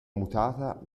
mutata